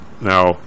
Now